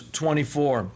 24